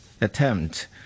attempt